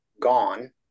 gone